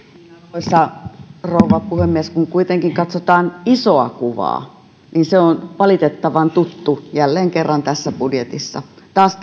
arvoisa rouva puhemies kun katsotaan isoa kuvaa niin se on valitettavan tuttu jälleen kerran tässä budjetissa taas